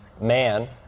man